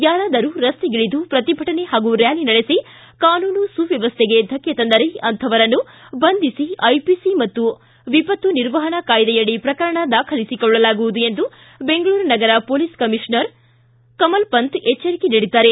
ಯಾರಾದರೂ ರಸ್ತೆಗಿಳಿದು ಪ್ರತಿಭಟನೆ ಹಾಗೂ ರ್ನಾಲಿ ನಡೆಸಿ ಕಾನೂನು ಸುವ್ಯವಸ್ಟೆಗೆ ಧಕ್ಷೆ ತಂದರೆ ಅಂಥವರನ್ನು ಬಂಧಿಸಿ ಐಪಿಸಿ ಹಾಗೂ ವಿಪತ್ತು ನಿರ್ವಹಣಾ ಕಾಯ್ದೆಯಡಿ ಪ್ರಕರಣ ದಾಖಲಿಸಿಕೊಳ್ಳಲಾಗುವುದು ಎಂದು ಬೆಂಗಳೂರು ನಗರ ಪೊಲೀಸ್ ಕಮಿಷನರ್ ಕಮಲ್ ಪಂತ್ ಎಚ್ಷರಿಕೆ ನೀಡಿದ್ದಾರೆ